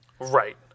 Right